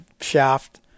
shaft